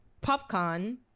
popcorn